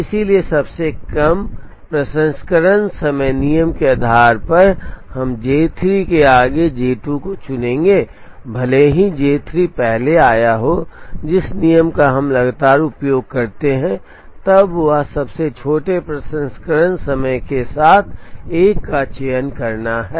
इसलिए सबसे कम प्रसंस्करण समय नियम के आधार पर हम J 3 के आगे J 2 को चुनेंगे भले ही J 3 पहले आया हो जिस नियम का हम लगातार उपयोग करते हैं वह सबसे छोटे प्रसंस्करण समय के साथ एक का चयन करना है